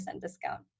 discount